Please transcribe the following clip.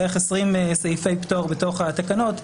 בערך 20 סעיפי פטור בתוך התקנות.